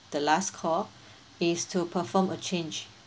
the last call is to perform a change